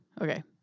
Okay